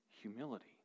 humility